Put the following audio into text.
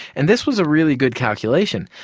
and this was a really good calculation,